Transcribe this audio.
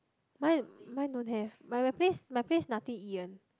mine mine don't have my my place my place nothing to eat one